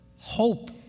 hope